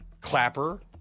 clapper